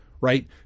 right